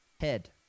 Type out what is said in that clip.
head